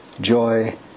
joy